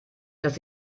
dass